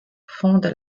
fonde